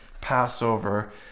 Passover